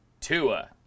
Tua